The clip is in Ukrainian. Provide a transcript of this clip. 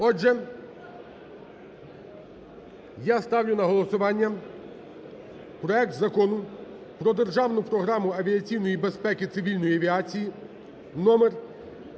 Отже, я ставлю на голосування проект Закону про Державну програму авіаційної безпеки цивільної авіації (номер